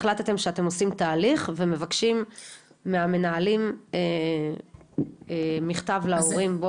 החלטתם שאתם עושים תהליך ומבקשים מהמנהלים מכתב להורים.